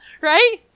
Right